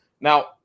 Now